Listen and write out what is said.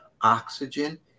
oxygen